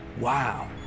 wow